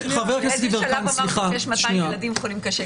באיזה מצב אמרתי שיש 200 ילדים חולים קשה?